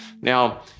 now